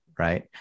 right